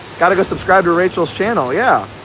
gotta go subscribe to rachel's channel. yeah